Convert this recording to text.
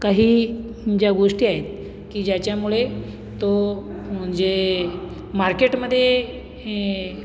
काही ज्या गोष्टी आहेत की ज्याच्यामुळे तो म्हणजे मार्केटमध्ये हे